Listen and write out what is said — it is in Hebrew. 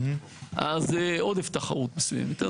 אז עודף תחרות מסוימת.